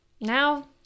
Now